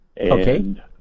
Okay